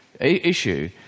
issue